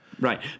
Right